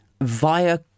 Via